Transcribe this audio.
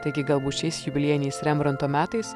taigi galbūt šiais jubiliejiniais rembranto metais